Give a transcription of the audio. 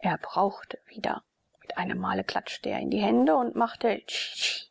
erb rauchte wieder mit einem male klatschte er in die hände und machte schi schi